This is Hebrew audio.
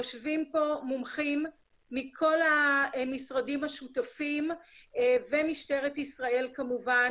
יושבים פה מומחים מכל המשרדים השותפים ומשטרת ישראל כמובן,